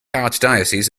archdiocese